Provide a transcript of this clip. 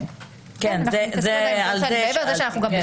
על זה שאלתי.